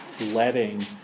letting